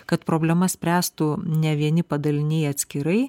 kad problemas spręstų ne vieni padaliniai atskirai